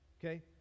okay